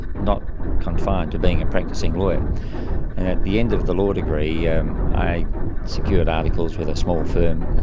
not confined to being a practising lawyer. and at the end of the law degree yeah um i secured articles with a small firm.